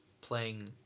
playing